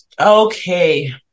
okay